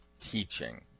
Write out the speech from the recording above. teaching